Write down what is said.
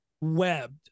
webbed